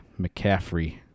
McCaffrey